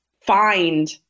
find